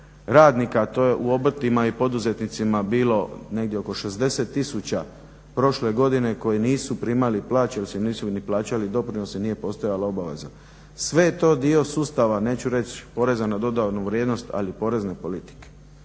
radnika a to je u obrtima i poduzetnicima bilo negdje oko 60 tisuća, prošle godine, koje nisu primali plaće ili se im nisu ni plaćali doprinose nije postojala obaveza. Sve je to dio sustava, neću reći poreza na dodanu vrijednost ali porezne politike.